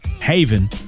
haven